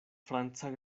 franca